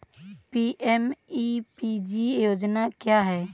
PMEPG योजना क्या है?